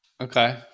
Okay